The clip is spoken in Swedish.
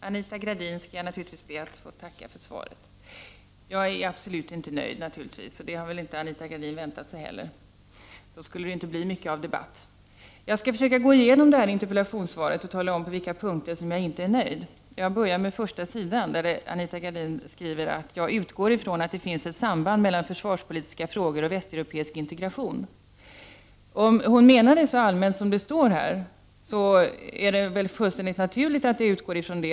Fru talman! Jag skall be att få tacka Anita Gradin för svaret. Jag är definitivt inte nöjd, men det har väl inte Anita Gradin väntat sig heller. Då skulle det inte bli mycket till debatt. Jag skall gå i genom interpellationssvaret och tala om på vilka punkter jag inte är nöjd. I andra stycket i det skrivna svaret står att jag i min fråga utgår från att det finns samband mellan försvarspolitiska frågor och västeuropeisk integration. Om Anita Gradin menar det så allmänt som det står i svaret är det fullständigt naturligt att utgå ifrån det.